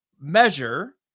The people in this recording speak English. measure